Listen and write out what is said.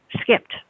skipped